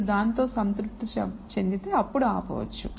మీరు దానితో సంతృప్తి చెందితే అప్పుడు ఆపవచ్చు